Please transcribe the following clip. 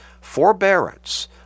forbearance